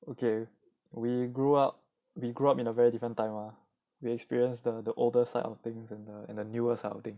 okay we grew up we grew up in a very different time lah we experience the older side of things and uh and the newer side of things